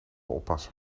oppasser